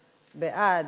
בעד,